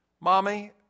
Mommy